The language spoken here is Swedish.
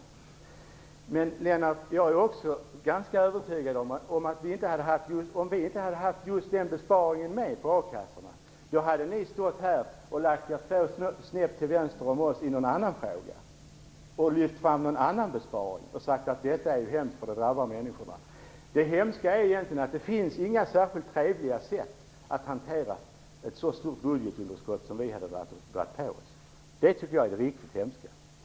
Å andra sidan är jag också ganska övertygad om att om vi inte hade haft med besparingen på akassorna, då hade Vänsterpartiet lagt sig två snäpp till vänster om oss i någon annan fråga, lyft fram någon annan besparing och sagt att detta är hemskt för det drabbar människorna. Det hemska är att det inte finns några trevliga sätt att hantera ett så stort budgetunderskott som vi har dragit på oss. Det tycker jag är det riktigt hemska.